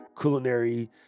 culinary